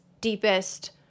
deepest